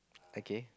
okay